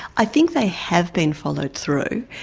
i think they have been followed through.